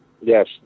Yes